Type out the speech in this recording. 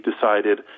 decided